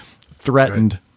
threatened